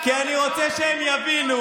כי אני רוצה שהם יבינו,